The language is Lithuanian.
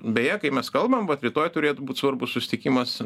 beje kai mes kalbam vat rytoj turėtų būt svarbus susitikimas